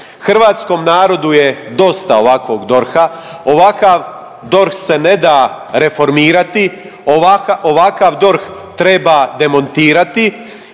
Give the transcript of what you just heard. Hrvatskom narodu je dosta ovakvog DORH-a, ovakav DORH se ne da reformirati, ovakav DORH treba demontirati.